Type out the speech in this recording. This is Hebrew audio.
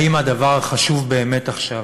האם הדבר החשוב באמת עכשיו